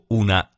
una